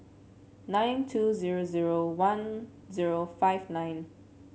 nine two zero zero one zero five nine